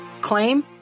Claim